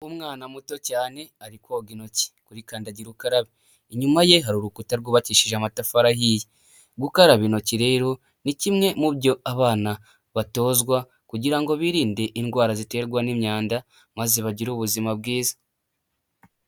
Umwana muto cyane ari koga intoki kurikandagira ukarabe, inyuma ye hari urukuta rwubakishije amatafari ahiye, gukaraba intoki rero ni kimwe mu byo abana batozwa kugira birinde indwara ziterwa n'imyanda, maze bagire ubuzima bwiza.